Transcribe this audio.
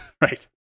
right